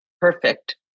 perfect